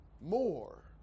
More